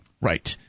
Right